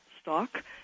stock